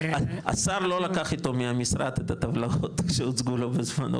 השר לא לקח אתו מהמשרד את הטבלאות שהוצגו לו בזמנו,